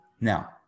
Now